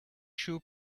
shoe